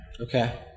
Okay